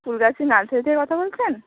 ফুল গাছের নার্সারি থেকে কথা বলছেন